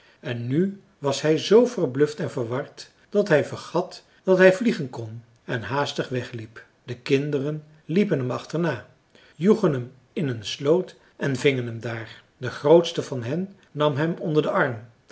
en nu was hij zoo verbluft en verward dat hij vergat dat hij vliegen kon en haastig wegliep de kinderen liepen hem achterna joegen hem in een sloot en vingen hem daar de grootste van hen nam hem onder den arm